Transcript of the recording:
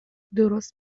درست